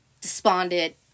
despondent